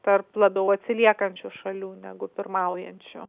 tarp labiau atsiliekančių šalių negu pirmaujančių